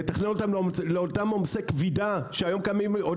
לתכנן אותם לאותם עומסי כבידה שהיום קמים עוד